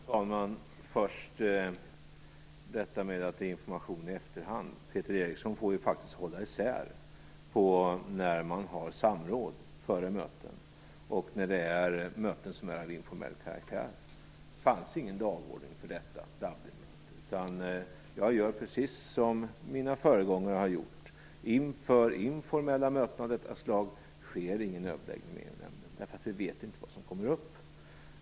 Fru talman! Först vill jag kommentera detta att informationen lämnas i efterhand. Peter Eriksson får faktiskt hålla isär när man har samråd före möten och när det gäller möten som är av informell karaktär. Det fanns ingen dagordning för detta Dublinmöte. Jag gör precis som mina föregångare har gjort. Inför informella möten av detta slag sker ingen överläggning med EU-nämnden, därför att vi inte vet vad som kommer upp.